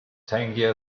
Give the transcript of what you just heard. tangier